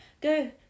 go